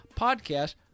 podcast